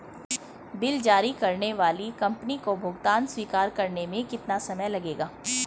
Bill जारी करने वाली कंपनी को भुगतान स्वीकार करने में कितना समय लगेगा?